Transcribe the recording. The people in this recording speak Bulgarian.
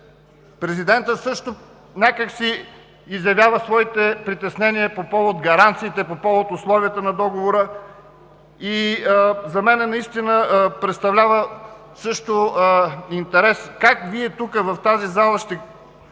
Президентът също някак си изявява своите притеснения по повод гаранциите, по повод условията на Договора. За мен наистина представлява също интерес – как Вие тук, в тази зала, ще